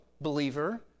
believer